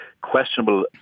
questionable